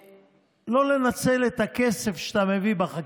לא לנצל את הכסף שאתה מביא בחקיקה,